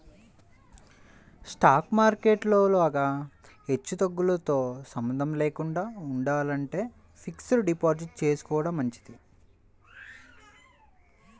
stock market లో లాగా హెచ్చుతగ్గులతో సంబంధం లేకుండా ఉండాలంటే ఫిక్స్డ్ డిపాజిట్ చేసుకోడం మంచిది